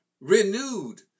renewed